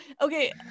okay